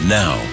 now